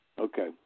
Okay